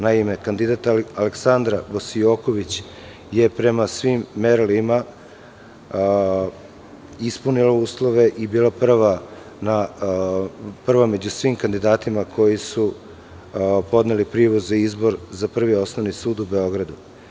Naime, kandidat Aleksandra Vosioković je prema svim merilima ispunila uslove i bila prva među svim kandidatima koji su podneli prijave za izbor za Prvi osnovni sud u Beogradu.